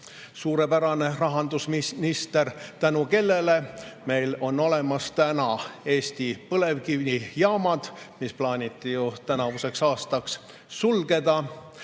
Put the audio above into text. suurepärane rahandusminister, tänu kellele meil on olemas täna Eesti põlevkivijaamad, mis plaaniti ju tänavuseks aastaks sulgeda.